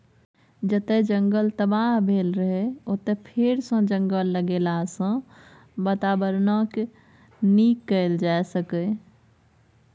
जतय जंगल तबाह भेल रहय ओतय फेरसँ जंगल लगेलाँ सँ बाताबरणकेँ नीक कएल जा सकैए